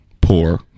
poor